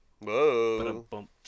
Whoa